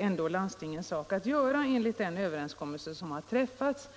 ändå är landstingens sak att ge denna fortbildning enligt en uppgörelse som har träffats.